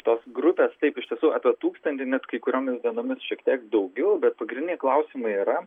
tos grupės taip iš tiesų apie tūkstantį net kai kuriomis dienomis šiek tiek daugiau bet pagrindiniai klausimai yra